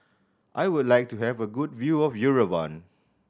I would like to have a good view of Yerevan